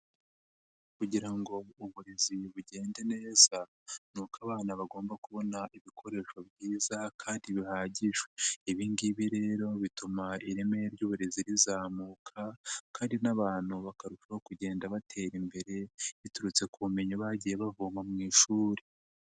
Kugira ngo uburezi bugende neza ni uko abana bagomba kubona ibikoresho byiza kandi bihagije, ibi ngibi rero bituma ireme ry'uburezi rizamuka kandi n'abantu bakarushaho kugenda batera imbere, biturutse ku bumenyi bagiye bavoma mu ishuri.